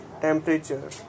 temperature